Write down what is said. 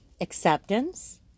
acceptance